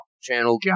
channel